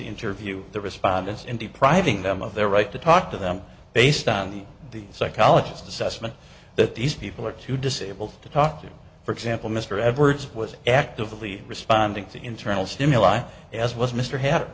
interview the respondents in depriving them of their right to talk to them based on the the psychologist assessment that these people are too disabled to talk to for example mr edwards was actively responding to internal stimuli as was mr head